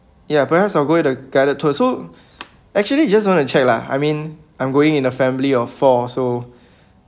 ya perhaps I'll go with the guided tour so actually just want to check lah I mean I'm going in a family of four so